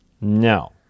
No